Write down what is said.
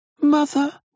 Mother